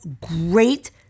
great